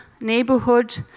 neighborhood